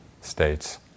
states